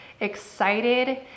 excited